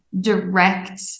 direct